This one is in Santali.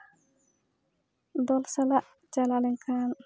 ᱫᱚᱞ ᱥᱟᱞᱟᱜ ᱪᱟᱞᱟᱣ ᱞᱮᱱᱠᱷᱟᱱ